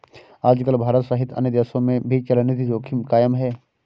आजकल भारत सहित अन्य देशों में भी चलनिधि जोखिम कायम है